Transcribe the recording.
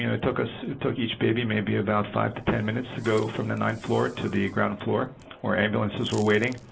you know it took us it took each baby maybe about five to ten minutes to go from the ninth floor to the ground floor where ambulances were waiting.